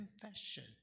confession